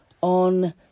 on